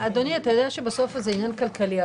אדוני, אתה יודע שבסוף זה עניין כלכלי.